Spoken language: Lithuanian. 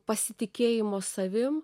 pasitikėjimo savim